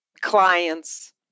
clients